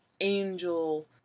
angel